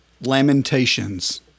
Lamentations